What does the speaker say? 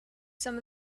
some